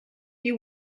you